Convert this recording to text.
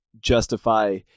justify